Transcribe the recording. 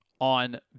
on